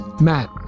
Matt